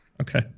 Okay